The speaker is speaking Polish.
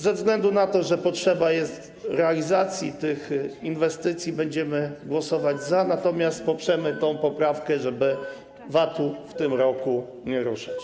Ze względu na to, że potrzebna jest realizacja tych inwestycji, będziemy głosować za, natomiast poprzemy tę poprawkę, żeby VAT-u w tym roku nie ruszać.